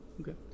okay